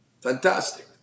Fantastic